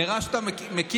נראה שאתה מכיר,